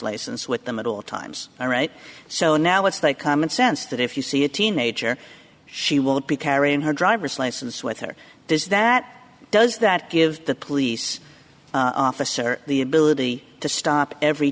license with the middle of times all right so now it's that common sense that if you see a teenager she will be carrying her driver's license with her does that does that give the police officer the ability to stop every